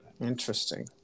Interesting